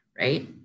right